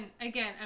again